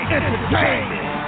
Entertainment